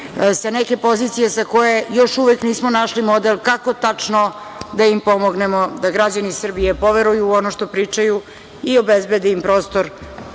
sa neke pozicije sa koje još uvek nismo našli model kako tačno da im pomognemo da građani Srbiji poveruju u ono što pričaju i obezbede im prostor